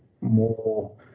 more